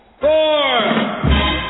Four